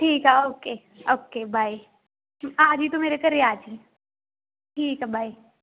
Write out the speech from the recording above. ਠੀਕ ਹੈ okay okay bye ਆ ਜਈ ਤੂੰ ਮੇਰੇ ਘਰ ਆ ਜਈ ਠੀਕ ਹੈ ਬਾਏ